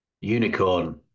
Unicorn